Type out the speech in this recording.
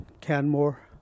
Canmore